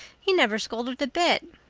he never scolded a bit.